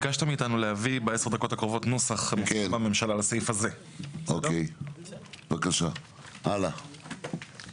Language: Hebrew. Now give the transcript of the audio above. כל הסעיף הזה הוא שונה מהעמדה הממשלתית שלנו,